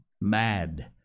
mad